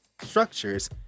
structures